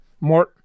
more